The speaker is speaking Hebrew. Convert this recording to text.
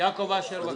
יעקב אשר בבקשה.